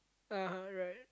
(uh huh) right